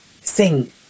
sing